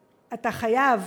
אתה חייב